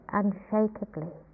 unshakably